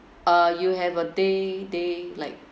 uh you have a day day like